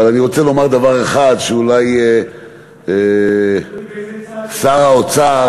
אבל אני רוצה לומר דבר אחד שאולי שר האוצר,